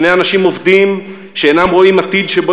שני אנשים עובדים שאינם רואים עתיד שבו